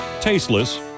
Tasteless